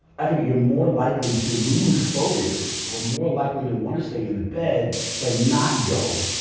i think that you're more likely to lose focus, or more likely to want to stay in the bed and not go,